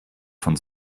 von